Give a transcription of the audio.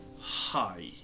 hi